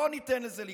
לא ניתן לזה לקרות.